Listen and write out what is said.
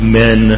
men